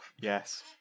yes